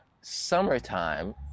summertime